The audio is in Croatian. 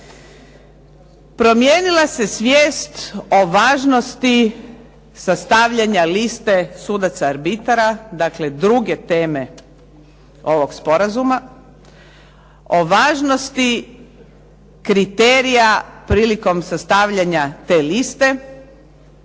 Promijenila se svijest o važnosti sastavljanja liste sudaca arbitara, dakle druge teme ovog sporazuma, o važnosti kriterija prilikom sastavljanja te liste